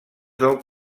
del